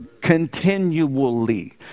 Continually